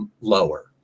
lower